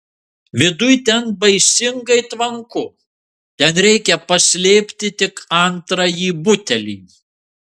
viduj ten baisingai tvanku ten reikia paslėpti tik antrąjį butelį